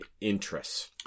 interests